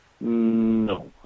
No